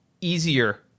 easier